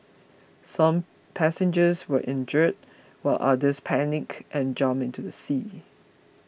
some passengers were injured while others panicked and jumped into the sea